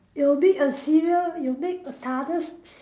you make a cereal you make a